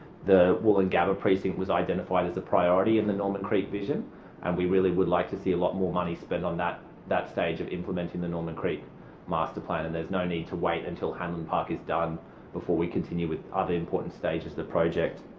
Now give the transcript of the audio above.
the woolloongabba precinct was identified as a priority in the norman creek vision and we really would like to see a lot more money spent um that that stage of implementing the norman creek master plan. and there's no need to wait until hanlon park is done before we continue with ah the important stages of the project.